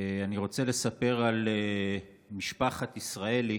אני רוצה לספר על משפחת ישראלי,